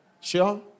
Sure